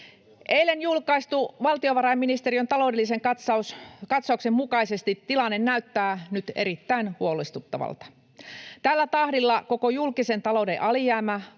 Eilen julkaistun valtiovarainministeriön taloudellisen katsauksen mukaisesti tilanne näyttää nyt erittäin huolestuttavalta. Tällä tahdilla koko julkisen talouden alijäämä